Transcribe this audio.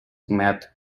met